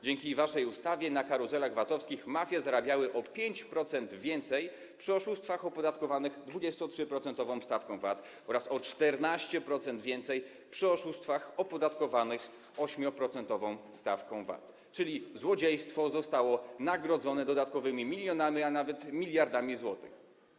Dzięki waszej ustawie na karuzelach VAT-owskich mafie zarabiały o 5% więcej przy oszustwach na towarach opodatkowanych 23-procentową stawką VAT oraz o 14% więcej przy oszustwach na towarach opodatkowanych 8-procentową stawką VAT, czyli złodziejstwo zostało nagrodzone dodatkowymi milionami, a nawet miliardami złotych.